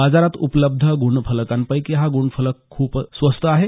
बाजारात उपलब्ध ग्णफलकांपेक्षा हा ग्णफलक खूप स्वस्त आहे